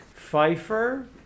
Pfeiffer